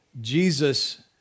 Jesus